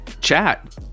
chat